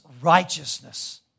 righteousness